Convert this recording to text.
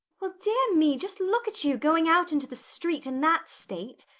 well, dear me, just look at you, going out into the street in that state!